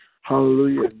Hallelujah